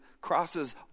crosses